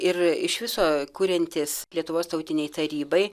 ir iš viso kuriantis lietuvos tautinei tarybai